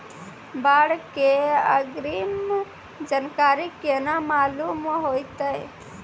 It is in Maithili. बाढ़ के अग्रिम जानकारी केना मालूम होइतै?